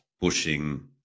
pushing